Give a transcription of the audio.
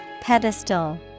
Pedestal